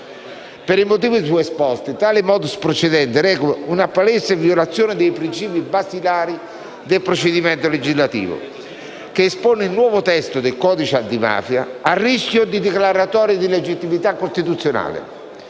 per i motivi suesposti, tale *modus procedendi* reca una palese violazione dei principi basilari del procedimento legislativo, che espone il nuovo testo del codice antimafia al rischio di declaratoria di illegittimità costituzionale,